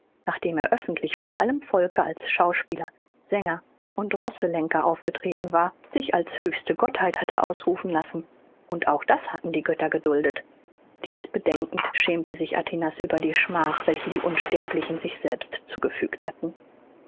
nachdem er öffentlich vor allem volke als schauspieler sänger und rosselenker aufgetreten war sich als höchste gottheit hatte ausrufen lassen und auch das hatten die götter geduldet dies bedenkend schämte sich atinas über die schmach welche die unsterblichen sich selber zugefügt hatten